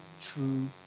true